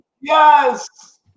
Yes